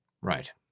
Right